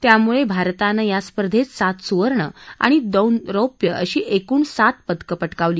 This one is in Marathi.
त्यामुळे भारतानं या स्पर्धेत सात सुवर्ण आणि दोन रौप्य अशी एकूण सात पदकं पटकावली